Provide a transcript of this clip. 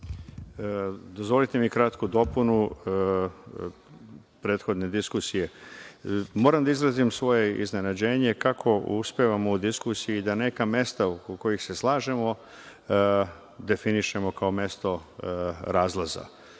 Dozvolite mi kratku dopunu prethodne diskusije. Moram da izrazim svoje iznenađenje kako uspevamo u diskusiji da, neka mesta oko kojih se slažemo, definišemo kao mesto razlaza.